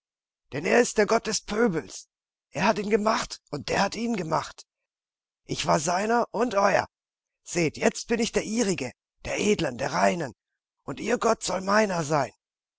denn er ist ein gott des pöbels er hat ihn gemacht und der hat ihn gemacht ich war seiner und euer seht jetzt bin ich der ihrige der edlen der reinen und ihr gott soll der meine sein